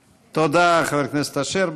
תודה, חבר הכנסת אשר.